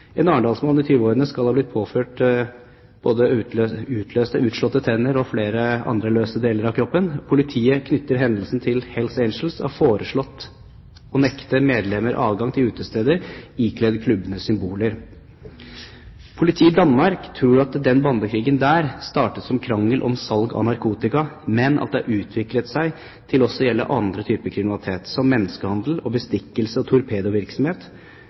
En arendalsmann i 20-årene skal ha fått slått ut to tenner – og flere fått skadet andre kroppsdeler. Politiet knytter hendelsen til Hells Angels og har foreslått å nekte medlemmer adgang til utesteder ikledd klubbenes symboler. Politiet i Danmark tror at bandekrigen der startet som en krangel om salg av narkotika, men at det har utviklet seg til også å gjelde andre typer kriminalitet, som menneskehandel, bestikkelser og torpedovirksomhet.